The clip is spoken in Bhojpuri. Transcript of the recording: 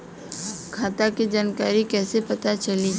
खाता के जानकारी कइसे पता चली?